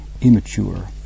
immature